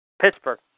Pittsburgh